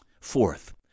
Fourth